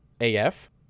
AF